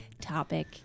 topic